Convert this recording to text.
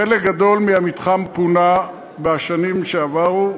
חלק גדול מהמתחם פונה בשנים שעברו,